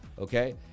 Okay